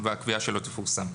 והקביעה שלו תפורסם.